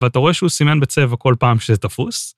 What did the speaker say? ואתה רואה שהוא סימן בצבע כל פעם שזה תפוס?